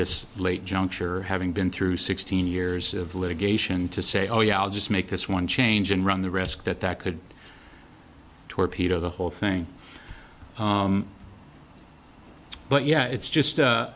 this late juncture having been through sixteen years of litigation to say oh yeah i'll just make this one change and run the risk that that could torpedo the whole thing but yeah it's just